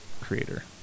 creator